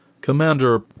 Commander